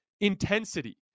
intensity